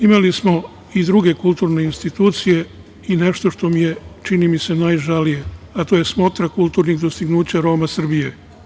Imali smo i druge kulturne institucije i nešto što mi je, čini mi se, najžalije, a to je Smotra kulturnih dostignuća Roma Srbije.